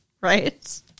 Right